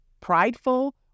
prideful